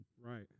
right